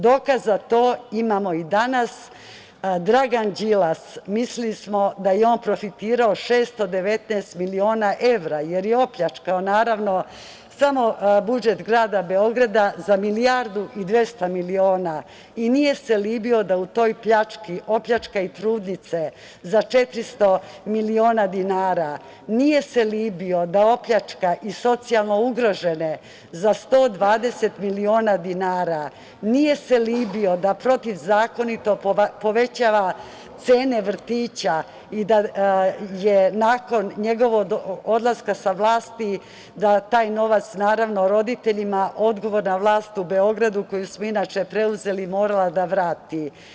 Dokaz za to imamo i danas, Dragan Đilas, mislili smo da je on profitirao 619.000.000 evra jer je opljačkao, naravno, samo budžet Grada Beograda za 1.200.000.000 i nije se libio da u toj pljački opljačka i trudnice za 400.000.000 dinara, nije se libio da opljačka i socijalno ugrožene za 120.000.000 dinara, nije se libio da protivzakonito povećava cene vrtića i da je nakon njegovog odlaska sa vlasti taj novac, naravno, roditeljima odgovorna vlast u Beogradu, koju smo inače preuzeli, morala da vrati.